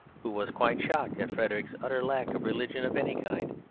who was quite shocked at frederick's utter lack of religion of any kind.